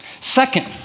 Second